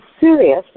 serious